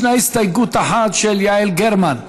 ישנה הסתייגות אחת, של יעל גרמן.